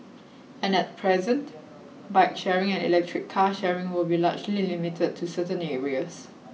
and at present bike sharing and electric car sharing with be largely limited to certain areas